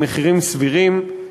במחירים סבירים,